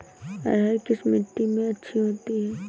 अरहर किस मिट्टी में अच्छी होती है?